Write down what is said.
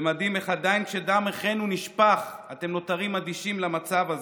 זה מדהים איך עדיין כשדם אחינו נשפך אתם נותרים אדישים למצב הזה?